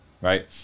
right